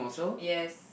yes